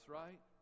right